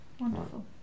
wonderful